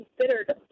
considered